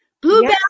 Bluebell